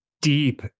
deep